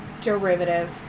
Derivative